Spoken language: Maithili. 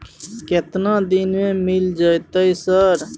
केतना दिन में मिल जयते सर?